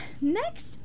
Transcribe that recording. Next